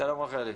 שלום רחלי.